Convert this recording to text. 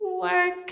work